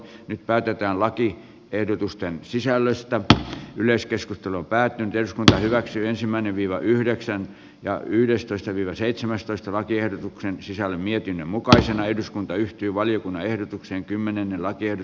nyt päätetään lakiehdotusten sisällöstä yleiskeskustelu päätyi eduskunta hyväksyi ensimmäinen tila yhdeksän ja yhdestoista vievän seitsemästoista lakiehdotuksen sisällä mietinnön mukaisena eduskunta yhtyi valiokunnan ehdotuksen kymmenen eläkkeiden